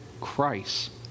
Christ